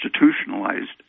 institutionalized